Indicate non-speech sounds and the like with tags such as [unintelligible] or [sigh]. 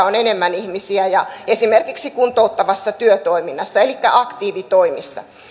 [unintelligible] on enemmän ihmisiä omaehtoisessa koulutuksessa ja esimerkiksi kuntouttavassa työtoiminnassa elikkä aktiivitoimissa